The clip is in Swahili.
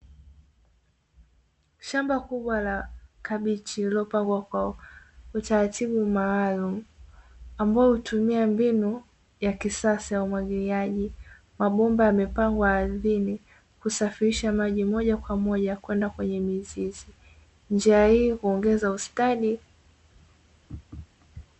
Shamba kubwa la kabichi lililopangwa kwa utaratibu maalumu ambao hutumia mbinu ya kisasa ya umwagiliaji, mabomba yamepangwa ardhini kusafirisha maji moja kwa moja kwenda kwenye mizizi njia hii huongeza ustadi.